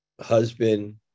husband